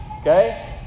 Okay